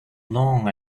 long